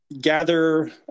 gather